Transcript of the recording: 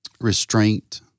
restraint